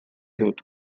dut